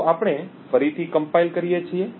તો આપણે ફરીથી કમ્પાઇલ કરીએ છીએ